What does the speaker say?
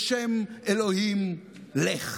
בשם אלוהים, לך.